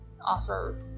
offer